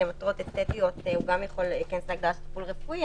גם יכול להיכנס להגדרת טיפול רפואי.